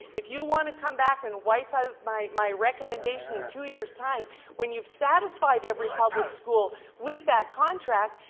if you want to come back and wipe out my recommendation recommendation in two years time when you've satisfied ever public school with that contract,